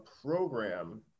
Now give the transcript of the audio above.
program